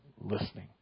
listening